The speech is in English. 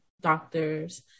doctors